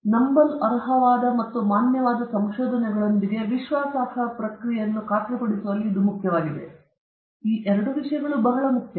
ಮತ್ತೆ ನಂಬಲರ್ಹವಾದ ಮತ್ತು ಮಾನ್ಯವಾದ ಸಂಶೋಧನೆಗಳೊಂದಿಗೆ ವಿಶ್ವಾಸಾರ್ಹ ಪ್ರಕ್ರಿಯೆಯನ್ನು ಖಾತ್ರಿಪಡಿಸುವಲ್ಲಿ ಇದು ಮುಖ್ಯವಾಗಿದೆ ಈ ಎರಡು ವಿಷಯಗಳು ಬಹಳ ಮುಖ್ಯ